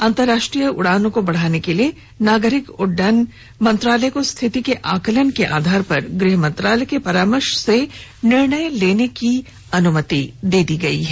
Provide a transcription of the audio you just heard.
अंतर्राष्ट्रीय उडानों को बढाने के लिए नागरिक उड्डयन मंत्रालय को स्थिति के आकलन के आधार पर गृह मंत्रालय के परामर्श से निर्णय लेने की अनुमति दी गई है